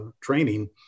training